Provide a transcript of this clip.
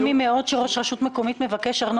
יודעים היכן הבחורצ'יק שעלה בתחנת סבידור מרכז ירד